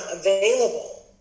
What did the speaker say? available